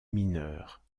mineur